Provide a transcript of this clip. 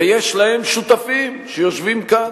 ויש להם שותפים שיושבים כאן,